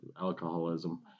alcoholism